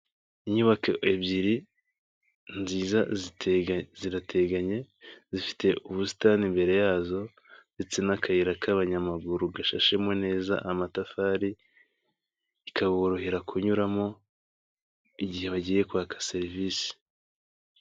Inyubako ebyiri nziza zirateganye, zifite ubusitani imbere yazo ndetse n'akayira k'abanyamaguru gashashemo neza amatafari, bikaborohera kunyuramo, igihe bagiye kwaka serivisi.